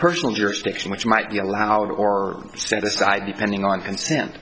personal jurisdiction which might be allowed or set aside depending on consent